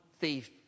thief